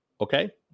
Okay